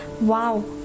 wow